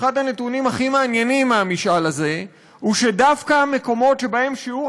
אחד הנתונים הכי מעניינים במשאל הזה הוא שדווקא מקומות שבהם שיעור